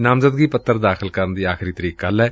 ਨਾਮਜ਼ਦਗੀ ਪੱਤਰ ਦਾਖ਼ਲ ਕਰਨ ਦੀ ਆਖ਼ਰੀ ਤਰੀਕ ਕੱਲੂ ਏ